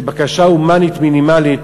שבקשה הומנית מינימלית